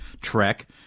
trek